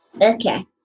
Okay